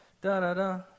Da-da-da